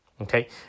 Okay